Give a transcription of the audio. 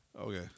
Okay